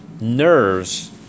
nerves